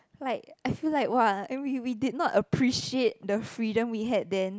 like I feel like !wah! and we we did not appreciate the freedom we had then